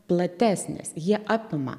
platesnės jie apima